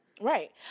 Right